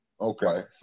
Okay